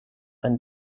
ein